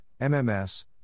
MMS